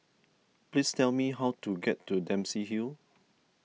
please tell me how to get to Dempsey Hill